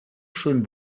schön